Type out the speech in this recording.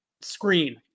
screen